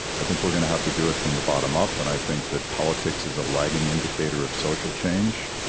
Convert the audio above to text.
i think we're gonna have to do it from the bottom up, and i think that politics is a lagging indicator of social change.